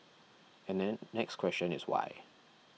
and then next question is why